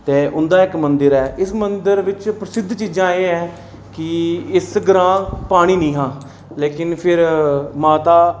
ते उंदा इक मंदर ऐ मंदर बिच प्रसिद्ध चीजां एह् ऐ कि इस ग्रांऽ पानी निं हा लेकिन फिर माता जेल्ले